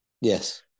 Yes